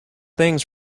things